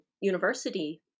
university